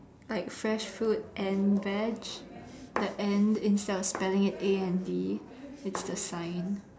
like fresh fruit and veg the and instead of spelling it A N D it's the sign